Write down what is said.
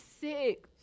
sick